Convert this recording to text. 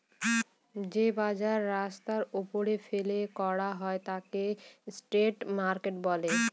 যে বাজার রাস্তার ওপরে ফেলে করা হয় তাকে স্ট্রিট মার্কেট বলে